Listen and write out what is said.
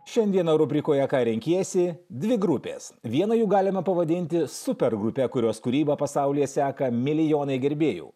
šiandieną rubrikoje ką renkiesi dvi grupės viena jų galima pavadinti super grupe kurios kūrybą pasaulyje seka milijonai gerbėjų